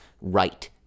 right